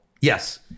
yes